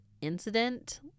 incident